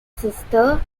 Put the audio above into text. sister